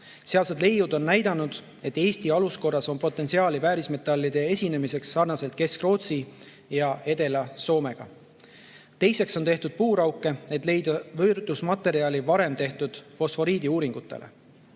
Sealsed leiud on näidanud, et Eesti aluskorras on potentsiaali väärismetallide esinemiseks sarnaselt Kesk‑Rootsi ja Edela-Soomega. Teiseks on tehtud puurauke, et leida võrdlusmaterjali varem tehtud fosforiidiuuringutele.